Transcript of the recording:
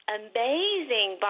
amazing